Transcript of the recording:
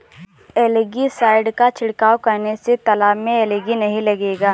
algae side का छिड़काव करने से तालाब में एलगी नहीं लगेगा